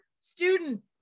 student